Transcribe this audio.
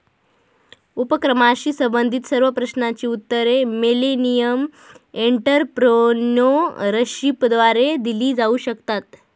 उपक्रमाशी संबंधित सर्व प्रश्नांची उत्तरे मिलेनियम एंटरप्रेन्योरशिपद्वारे दिली जाऊ शकतात